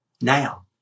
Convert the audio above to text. Now